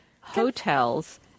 hotels